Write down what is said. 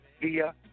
via